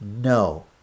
No